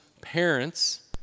parents